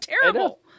terrible